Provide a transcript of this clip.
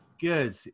Good